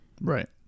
right